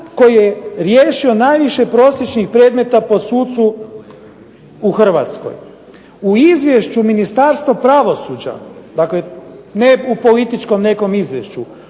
koji je riješio najviše prosječnih predmeta po sucu u Hrvatskoj. U izvješću Ministarstva pravosuđa, dakle ne u političkom nekom izvješću,